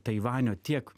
taivanio tiek